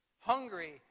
hungry